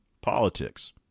politics